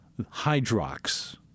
Hydrox